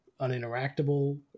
uninteractable